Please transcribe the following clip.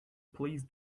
please